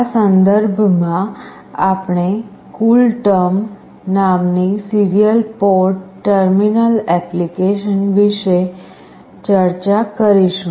આ સંદર્ભમાં આપણે CoolTerm નામની સીરિયલ પોર્ટ ટર્મિનલ એપ્લિકેશન વિશે ચર્ચા કરીશું